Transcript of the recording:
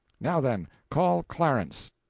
now, then, call clarence.